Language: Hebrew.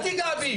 אל תגיע בי.